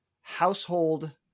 Household